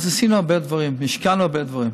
אז עשינו הרבה דברים והשקענו בהרבה דברים.